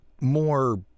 more